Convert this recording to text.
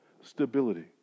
stability